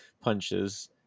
punches